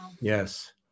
Yes